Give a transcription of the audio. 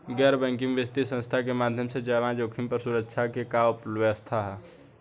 गैर बैंकिंग वित्तीय संस्था के माध्यम से जमा जोखिम पर सुरक्षा के का व्यवस्था ह?